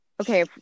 okay